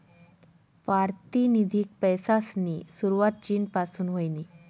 पारतिनिधिक पैसासनी सुरवात चीन पासून व्हयनी